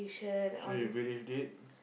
so you believed it